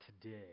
today